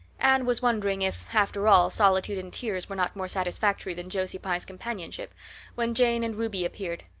anne was wondering if, after all, solitude and tears were not more satisfactory than josie pye's companionship when jane and ruby appeared,